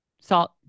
Salt